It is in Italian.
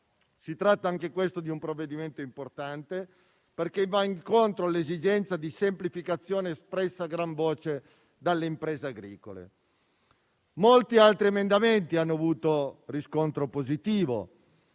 di Stato. Anche questo è un provvedimento importante, perché va incontro all'esigenza di semplificazione espressa a gran voce dalle imprese agricole. Molti altri emendamenti hanno avuto riscontro positivo.